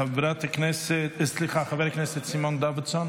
חבר הכנסת סימון דוידסון,